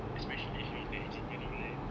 especially if you in the engineering line